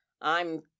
I'm